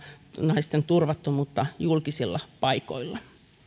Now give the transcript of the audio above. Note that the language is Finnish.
naisten turvattomuutta julkisilla paikoilla